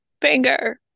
finger